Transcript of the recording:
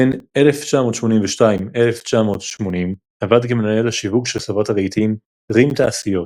בין 1980–1982 עבד כמנהל השיווק של חברת הרהיטים "רים תעשיות".